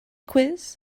quiz